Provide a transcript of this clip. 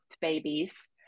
babies